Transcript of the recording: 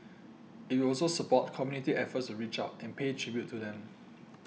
it will also support community efforts to reach out and pay tribute to them